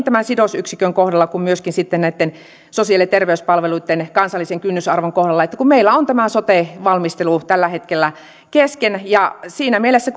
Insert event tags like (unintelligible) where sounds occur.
(unintelligible) tämän sidosyksikön kohdalla kuin myöskin sitten näitten sosiaali ja terveyspalveluitten kansallisen kynnysarvon kohdalla siihen että meillä on tämä sote valmistelu tällä hetkellä kesken siinä mielessä (unintelligible)